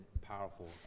powerful